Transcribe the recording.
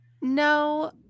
no